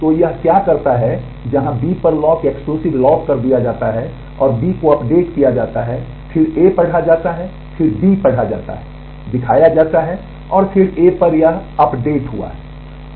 तो यह क्या करता है जहां B पर लॉक एक्सक्लूसिव लॉक कर दिया जाता है और B को अपडेट किया जाता है फिर A पढ़ा जाता है फिर B पढ़ा जाता है दिखाया जाता है और फिर A पर यह अपडेट हुआ है